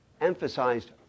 emphasized